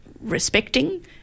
respecting